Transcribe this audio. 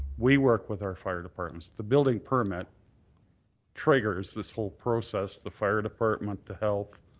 we work with our fire departments. the building permit triggers this whole process, the fire department, the health,